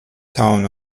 town